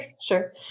Sure